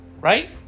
Right